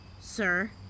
sir